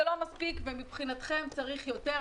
זה לא מספיק ומבחינתכם צריך יותר,